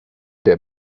der